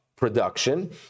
production